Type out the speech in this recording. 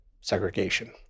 segregation